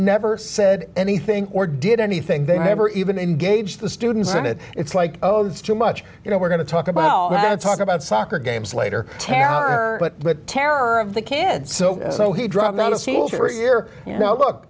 never said anything or did anything they never even engage the students in it it's like oh that's too much you know we're going to talk about all that talk about soccer games later terror but terror of the kids so he dropped out of school for a year you know look